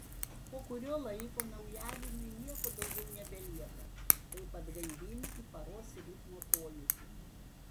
po kurio laiko naujagimiui nieko daugiau nebelieka kaip atgaivinti paros ritmo pojūtį